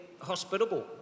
hospitable